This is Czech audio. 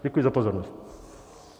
Děkuji za pozornost.